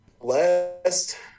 Last